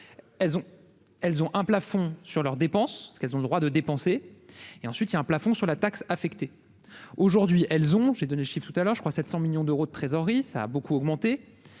elles, ont un plafond sur leurs dépenses parce qu'elles ont le droit de dépenser et ensuite il y a un plafond sur la taxe affectée aujourd'hui, elles ont, j'ai donné le chiffre tout à l'heure, je crois, 700 millions d'euros de trésorerie, ça a beaucoup augmenté